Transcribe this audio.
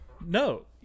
No